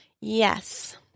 Yes